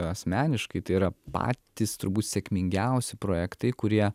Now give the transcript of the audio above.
asmeniškai tai yra patys turbūt sėkmingiausi projektai kurie